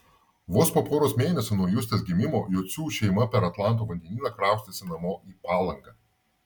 vos po poros mėnesių nuo justės gimimo jocių šeima per atlanto vandenyną kraustėsi namo į palangą